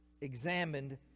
examined